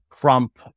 Trump